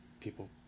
people